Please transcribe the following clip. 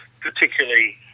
particularly